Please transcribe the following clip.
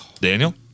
Daniel